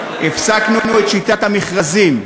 הפסקנו את שיטת המכרזים.